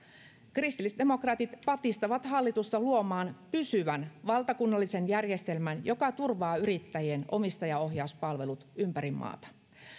kristillisdemokraatit patistavat hallitusta luomaan pysyvän valtakunnallisen järjestelmän joka turvaa yrittäjien omistajaohjauspalvelut ympäri maata